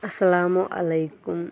اَلسَلامُ علیکُم